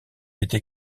été